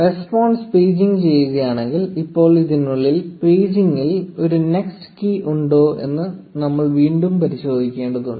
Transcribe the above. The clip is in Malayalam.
റെസ്പോൺസ് പേജിംഗ് ചെയ്യുകയാണെങ്കിൽ ഇപ്പോൾ ഇതിനുള്ളിൽ പേജിംഗിൽ ഒരു 'നെക്സ്റ്റ് കീ ഉണ്ടോ എന്ന് നമ്മൾ വീണ്ടും പരിശോധിക്കേണ്ടതുണ്ട്